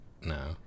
No